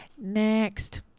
next